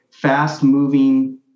fast-moving